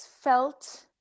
felt